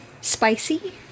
spicy